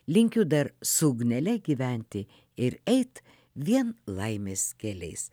linkiu dar su ugnele gyventi ir eit vien laimės keliais